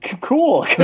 cool